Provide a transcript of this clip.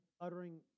uttering